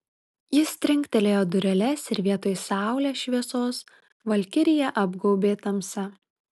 jis trinktelėjo dureles ir vietoj saulės šviesos valkiriją apgaubė tamsa